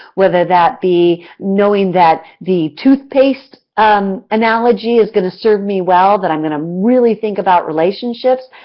whether that be knowing that the toothpaste um analogy is going to serve me well, that i'm going to really think about relationships,